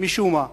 משום מה: